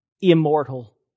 immortal